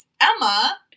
Emma